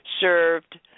served